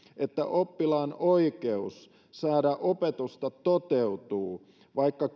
että oppilaan oikeus saada opetusta toteutuu vaikka